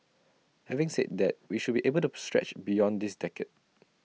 having said that we should be able to stretch beyond this decade